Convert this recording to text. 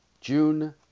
June